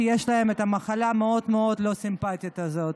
שיש להם את המחלה המאוד-מאוד לא סימפטית הזו.